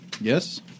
Yes